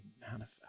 manifest